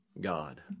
God